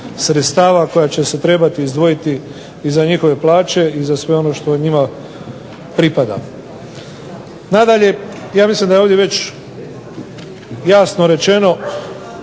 sredstava koja će se trebati izdvojiti i za njihove plaće i za sve ono što njima pripada. Nadalje, ja mislim da je ovdje već jasno rečeno